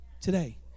today